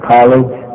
College